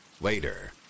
Later